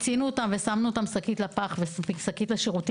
לכן אני מברכת וגאה להיות חתומה.